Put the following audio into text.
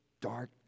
dark